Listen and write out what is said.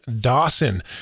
Dawson